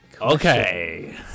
Okay